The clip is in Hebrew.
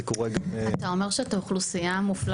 זה קורה גם בגוש שילה.